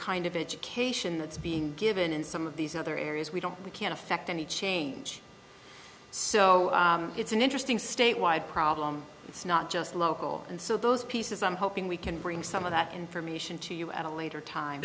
kind of education that's being given in some of these other areas we don't we can't affect any change so it's an interesting state wide problem it's not just local and so those pieces i'm hoping we can bring some of that information to you at a later time